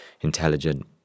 intelligent